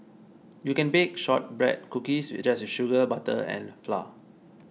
you can bake Shortbread Cookies just with sugar butter and flour